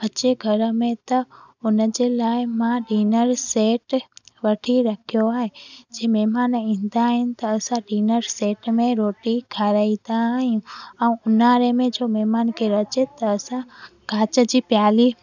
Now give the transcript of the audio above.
अचे घर में त उन जे लाइ मां डिनर सैट वठी रखियो आहे जीअं महिमान ईंदा आहिनि त असां डिनर सैट में रोटी खाराईंदा आहियूं ऐं उन्हारे में जो महिमान केरु अचे त असां कांच जी प्याली